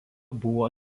buvo